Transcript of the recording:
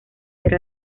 ser